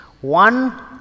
One